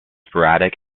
sporadic